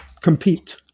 compete